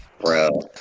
Bro